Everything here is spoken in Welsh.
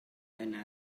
yna